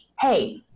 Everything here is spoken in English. hey